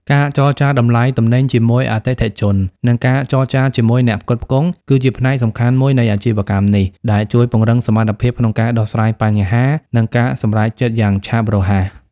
ការចរចាតម្លៃទំនិញជាមួយអតិថិជន និងការចរចាជាមួយអ្នកផ្គត់ផ្គង់ គឺជាផ្នែកសំខាន់មួយនៃអាជីវកម្មនេះ ដែលជួយពង្រឹងសមត្ថភាពក្នុងការដោះស្រាយបញ្ហា និងការសម្រេចចិត្តយ៉ាងឆាប់រហ័ស។